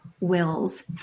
Wills